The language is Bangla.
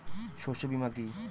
শস্য বীমা কি?